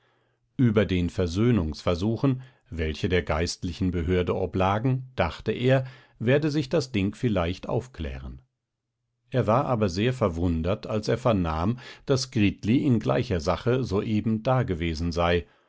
über den versöhnungsversuchen welche der geistlichen behörde oblagen dachte er werde sich das ding vielleicht aufklären er war aber sehr verwundert als er vernahm daß gritli in gleicher sache soeben dagewesen sei